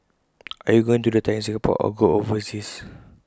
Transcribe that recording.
are you going to retire in Singapore or go overseas